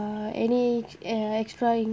uh any extra in~